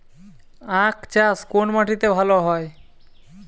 আখ চাষ কোন মাটিতে ভালো হয়?